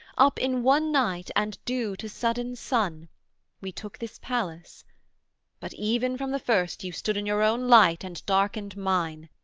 up in one night and due to sudden sun we took this palace but even from the first you stood in your own light and darkened mine.